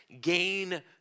gain